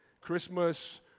Christmas